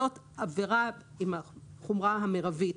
זאת עבירה עם החומרה המרבית,